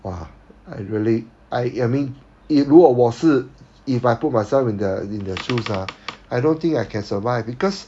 !wah! I really I I mean 如果我是 if I put myself in their in their shoes ah I don't think I can survive because